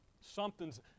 Something's